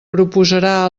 proposarà